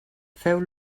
feu